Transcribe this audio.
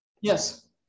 Yes